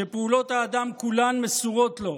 שפעולות האדם כולן מסורות לו: